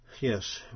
Yes